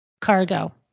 cargo